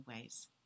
ways